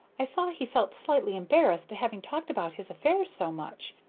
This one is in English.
i saw he felt slightly embarrassed at having talked about his affairs so much,